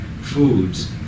foods